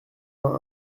vingt